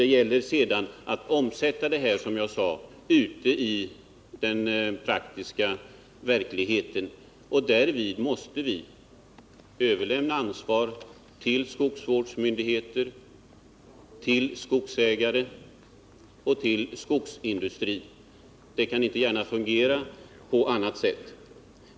Det gäller sedan, som jag sagt, att omsätta dessa förslag i den praktiska verkligheten, och därvid måste vi överlämna ansvaret till skogsvårdsmyndigheter, till skogsägare och till skogsindustri. Det kan inte gärna fungera på annat sätt.